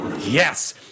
Yes